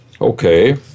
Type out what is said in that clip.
okay